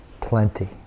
plenty